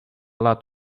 lot